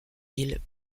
ville